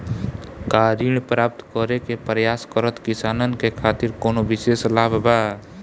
का ऋण प्राप्त करे के प्रयास करत किसानन के खातिर कोनो विशेष लाभ बा